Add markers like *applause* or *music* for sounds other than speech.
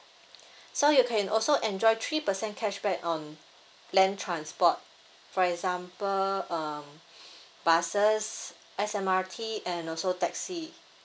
so you can also enjoy three percent cashback on land transport for example um *breath* buses S_M_R_T and also taxi